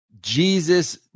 Jesus